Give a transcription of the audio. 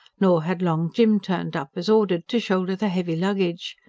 nor had long jim turned up as ordered, to shoulder the heavy luggage.